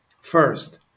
First